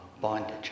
bondage